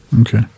Okay